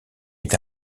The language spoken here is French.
est